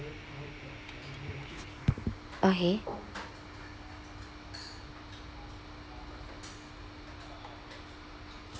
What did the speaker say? okay